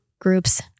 groups